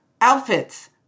outfits